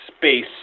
space